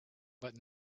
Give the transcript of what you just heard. but